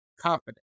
confident